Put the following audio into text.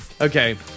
Okay